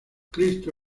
cristo